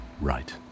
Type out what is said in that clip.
right